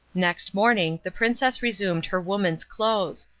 next morning the princess resumed her woman's clothes,